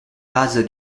rase